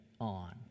on